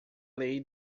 lei